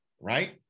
right